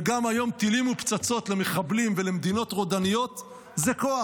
וגם היום טילים ופצצות למחבלים ולמדינות רודניות זה כוח.